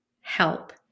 help